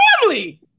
family